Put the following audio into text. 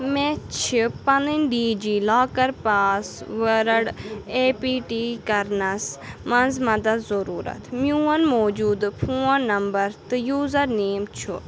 مےٚ چھِ پنٕنۍ DigiLocker password A P T کَرنَس منٛز مدد ضروٗرت میٛون موٗجوٗدٕ فون نمبر تہٕ یوٗزر نیٚم چھُ